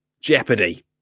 Jeopardy